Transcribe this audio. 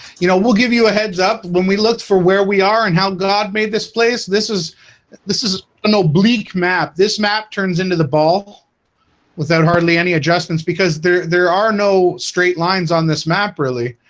you know we'll give you a heads up when we look for where we are and how god made this place this is this is an oblique map this map turns into the ball without hardly any adjustments because there there are no straight lines on this map really.